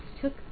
took